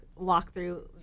walkthrough